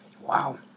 Wow